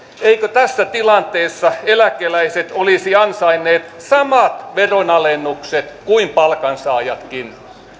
eivätkö tässä tilanteessa eläkeläiset olisi ansainneet samat veronalennukset kuin palkansaajatkin